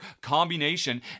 combination